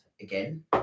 again